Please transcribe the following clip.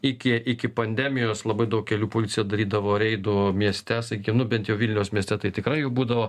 iki iki pandemijos labai daug kelių policija darydavo reidų mieste sakykim nu bent jau vilniaus mieste tai tikrai jų būdavo